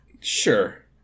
Sure